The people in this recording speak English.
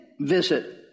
visit